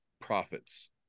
profits